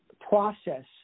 process